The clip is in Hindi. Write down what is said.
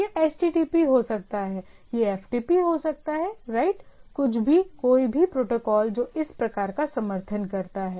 यह HTTP हो सकता है यह FTP हो सकता है राइट कुछ भी कोई भी प्रोटोकॉल जो इस प्रकार का समर्थन करता है